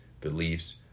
beliefs